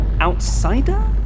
Outsider